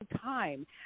time